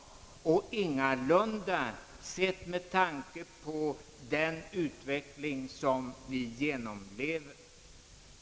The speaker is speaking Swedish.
Det är annorlunda på grund av den utveckling som vi genomlever.